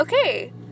Okay